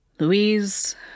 Louise